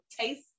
taste